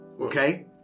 Okay